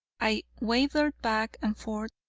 i wavered back and forth,